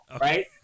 right